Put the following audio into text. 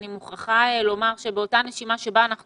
אני מוכרחה לומר שבאותה נשימה שבה אנחנו